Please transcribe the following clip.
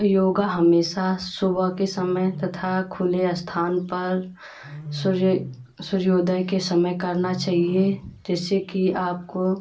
योग हमेशा सुबह के समय तथा खुले स्थान पर सूर्य सूर्योदय के समय करना चाहिए जिससे कि आपको